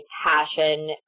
passion